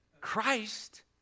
Christ